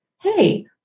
Hey